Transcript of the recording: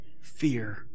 fear